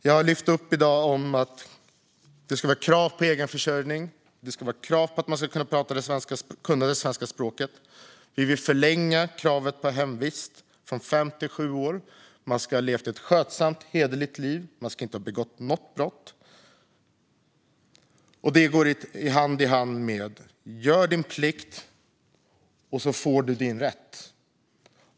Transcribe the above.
Jag har i dag lyft upp att det ska vara krav på egenförsörjning och krav på att man ska kunna det svenska språket. Vi vill förlänga kravet på hemvist från fem till sju år. Man ska ha levt ett skötsamt och hederligt liv. Man ska inte ha begått något brott. Detta går hand i hand med att om du gör din plikt får du din rätt.